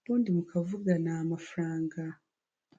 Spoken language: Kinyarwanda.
ubundi mukavugana amafaranga.